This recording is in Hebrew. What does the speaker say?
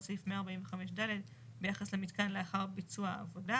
סעיף 145 ד ביחס למיתקן לאחר ביצוע העבודה,